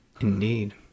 indeed